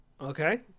Okay